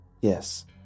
Yes